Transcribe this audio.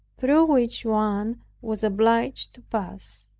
through which one was obliged to pass.